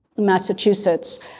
Massachusetts